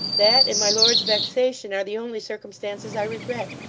that, and my lord's vexation, are the only circumstances i regret.